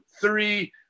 three